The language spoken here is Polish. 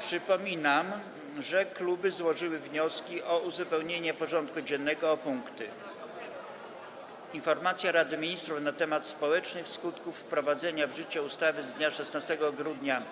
Przypominam, że kluby złożyły wnioski o uzupełnienie porządku dziennego o punkty: - Informacja Rady Ministrów na temat społecznych skutków wprowadzenia w życie ustawy z dnia 16 grudnia